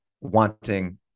wanting